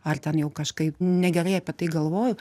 ar ten jau kažkaip negerai apie tai galvoju